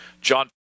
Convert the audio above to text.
John